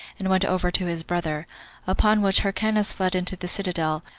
and went over to his brother upon which hyrcanus fled into the citadel,